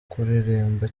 kuririmba